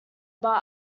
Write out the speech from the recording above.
but